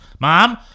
Mom